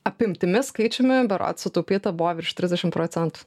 apimtimis skaičiumi berods sutaupyta buvo virš trisdešim procentų